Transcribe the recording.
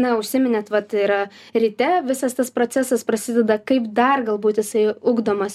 na užsiminėt vat yra ryte visas tas procesas prasideda kaip dar galbūt jisai ugdomas